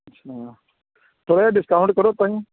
ਅੱਛਾ ਥੋੜ੍ਹਾ ਜਿਹਾ ਡਿਸਕਾਊਂਟ ਕਰੋ ਤਾਂਹੀ